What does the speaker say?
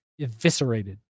eviscerated